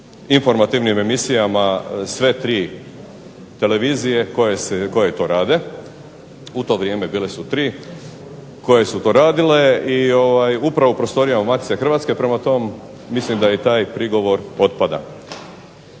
informativnim emisijama sve tri televizije koje to rade. U to vrijeme bile su tri koje su to radile i upravo u prostorijama Matice Hrvatske. Prema tome, mislim da i taj prigovor otpada.